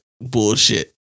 bullshit